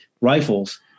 rifles